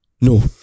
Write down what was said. No